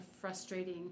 frustrating